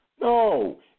No